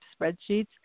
spreadsheets